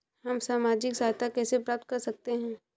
हम सामाजिक सहायता कैसे प्राप्त कर सकते हैं?